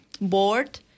board